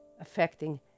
affecting